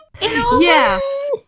yes